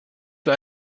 für